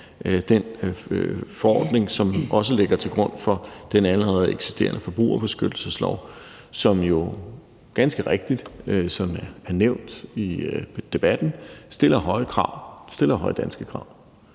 den forordning, som også ligger til grund for den allerede eksisterende forbrugerbeskyttelseslov, som jo ganske rigtigt, som det er nævnt i debatten, stiller høje danske krav.